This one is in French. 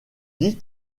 dit